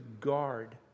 guard